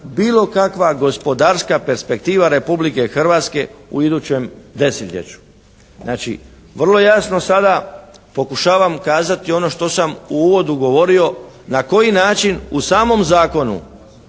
bilo kakva gospodarska perspektiva Republike Hrvatske u idućem desetljeću. Znači vrlo jasno sada pokušavam kazati ono što sam u uvodu govorio, na koji način u samom zakonu